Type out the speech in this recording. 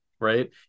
right